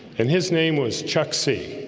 and his name was chuck see